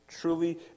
truly